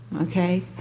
okay